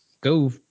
go